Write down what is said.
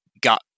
got